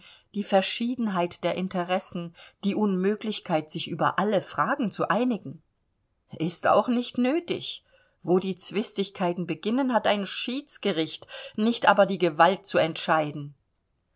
die verschiedenheit der interessen die unmöglichkeit sich über alle fragen zu einigen ist auch nicht nötig wo die zwistigkeiten beginnen hat ein schiedsgericht nicht aber die gewalt zu entscheiden